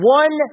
one